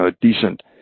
decent